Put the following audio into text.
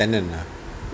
தந்தேனாthanthena